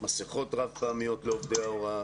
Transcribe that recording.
מסיכות חד פעמיות לעובדי ההוראה